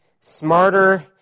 smarter